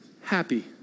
happy